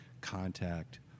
contact